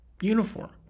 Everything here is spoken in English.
uniform